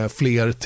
fler